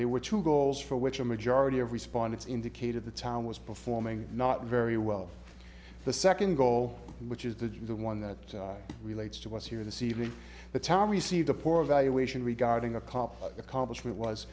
there were two goals for which a majority of respondents indicated the town was performing not very well the second goal which is the the one that relates to us here this evening but tommy see the poor evaluation regarding a cop accomplishment was